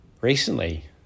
recently